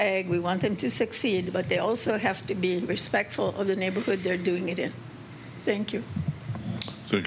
respect we want them to succeed but they also have to be respectful of the neighborhood they're doing it and thank you